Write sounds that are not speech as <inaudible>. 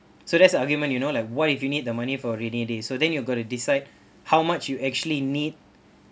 so that's the argument you know like what if you need the money for rainy days so then you got to decide <breath> how much you actually need